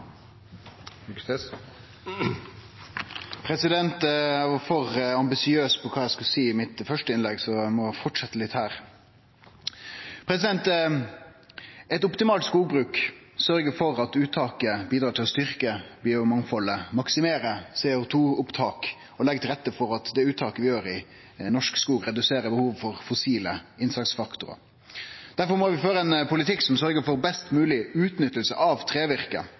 Eg var for ambisiøs med tanke på kva eg skulle seie i mitt første innlegg, så eg må fortsetje litt her. Eit optimalt skogbruk sørgjer for at uttaket bidrar til å styrkje biomangfaldet, maksimere CO2-opptak og leggje til rette for at det uttaket vi gjer i norsk skog, reduserer behovet for fossile innsatsfaktorar. Difor må vi føre ein politikk som sørgjer for best mogleg utnytting av